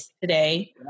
today